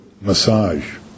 massage